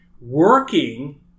working